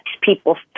people